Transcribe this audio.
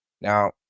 Now